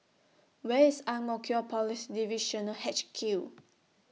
Where IS Ang Mo Kio Police Divisional H Q